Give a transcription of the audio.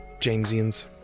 Jamesians